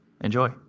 enjoy